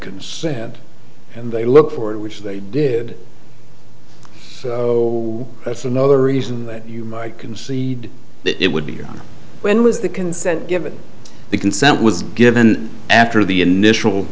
consented and they look for it which they did that's another reason that you might concede that it would be when was the consent given the consent was given after the initial